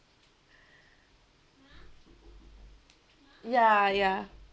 ya ya